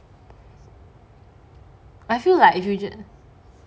I feel like if you just